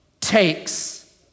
takes